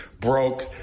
broke